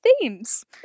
themes